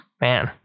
Man